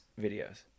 videos